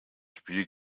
spiel